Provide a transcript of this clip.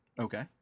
Okay